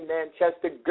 Manchester